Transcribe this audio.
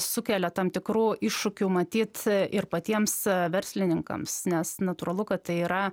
sukelia tam tikrų iššūkių matyt ir patiems verslininkams nes natūralu kad tai yra